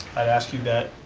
i'd ask you that,